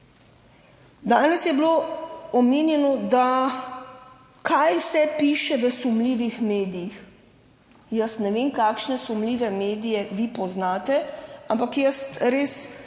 Danes je bilo omenjeno, da, kaj vse piše v sumljivih medijih. Jaz ne vem kakšne sumljive medije vi poznate, ampak jaz res v